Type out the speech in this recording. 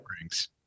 rings